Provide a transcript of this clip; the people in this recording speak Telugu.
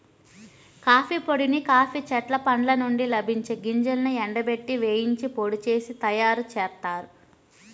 కాఫీ పొడిని కాఫీ చెట్ల పండ్ల నుండి లభించే గింజలను ఎండబెట్టి, వేయించి పొడి చేసి తయ్యారుజేత్తారు